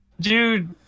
Dude